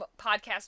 podcast